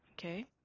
Okay